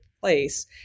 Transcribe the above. place